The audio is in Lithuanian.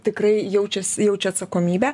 tikrai jaučias jaučia atsakomybę